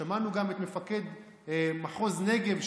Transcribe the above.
שמענו גם את מפקד מחוז נגב,